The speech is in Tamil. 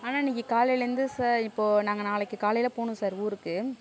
ஆனால் இன்றைக்கு காலையில் இருந்து சார் இப்போது நாங்கள் நாளைக்கு காலையில் போகணும் சார் ஊருக்கு